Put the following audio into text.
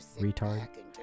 Retard